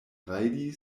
rajdi